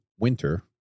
winter